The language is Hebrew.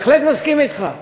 בהחלט מסכים אתך.